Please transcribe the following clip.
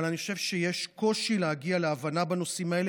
אבל אני חושב שיש קושי להגיע להבנה בנושאים האלה,